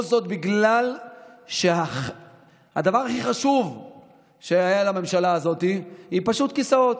כל זאת בגלל שהדבר הכי חשוב שהיה לממשלה הזאת הוא פשוט כיסאות.